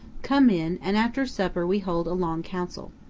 come in, and after supper we hold a long council.